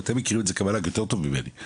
ואתם מכירים את זה כמל"ג יותר טוב ממני,